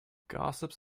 gossips